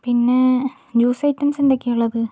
പിന്നെ juice items എന്തൊക്കെയാണ് ഉള്ളത്